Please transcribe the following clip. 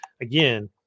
Again